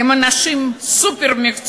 הם אנשים סופר-מקצועיים,